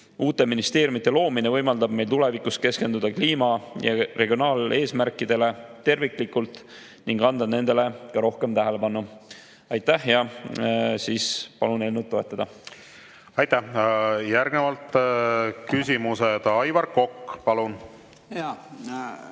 Uute ministeeriumide loomine võimaldab meil tulevikus keskenduda kliima- ja regionaaleesmärkidele terviklikult ning pöörata nendele rohkem tähelepanu. Aitäh ja palun eelnõu toetada! Aitäh! Järgnevalt küsimused. Aivar Kokk, palun! Hea